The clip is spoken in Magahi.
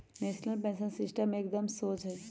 नेशनल पेंशन सिस्टम एकदम शोझ हइ